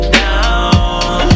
down